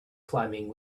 climbing